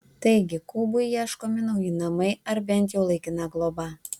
taigi kubui ieškomi nauji namai ar bent jau laikina globa